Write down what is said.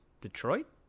Detroit